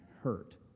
hurt